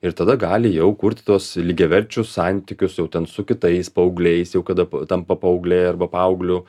ir tada gali jau kurti tuos lygiaverčius santykius jau ten su kitais paaugliais jau kada tampa paaugle arba paaugliu